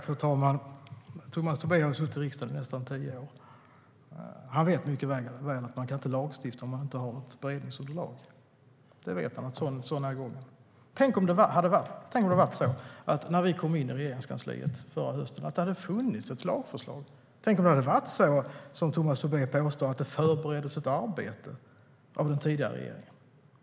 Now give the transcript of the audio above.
Fru talman! Tomas Tobé har suttit i riksdagen i nästan tio år. Han vet mycket väl att man inte kan lagstifta om man inte har ett beredningsunderlag. Han vet att sådan är gången. Tänk om det hade varit så, när vi kom in i Regeringskansliet förra hösten, att det hade funnits ett lagförslag! Tänk om det hade varit så, som Tomas Tobé påstår, att det förbereddes ett arbete av den tidigare regeringen!